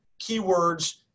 keywords